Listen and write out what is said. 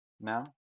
now